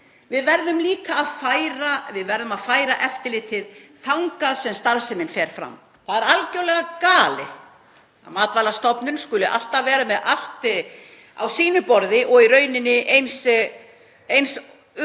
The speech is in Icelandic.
Við verðum líka að færa eftirlitið þangað sem starfsemin fer fram. Það er algjörlega galið að Matvælastofnun skuli alltaf vera með allt á sínu borði og sé í rauninni eins ömurlega